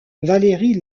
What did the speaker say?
valérie